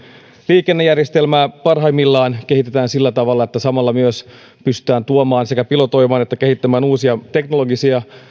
liikennejärjestelmää parhaimmillaan kehitetään sillä tavalla että samalla myös pystytään tuomaan sekä pilotoimaan että kehittämään uusia teknologisia